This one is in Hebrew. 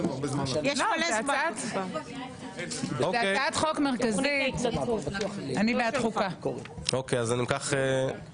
שעה 10:30) אני חושב שבגלל מצב השולחנות בוועדת חוקה,